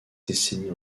décennie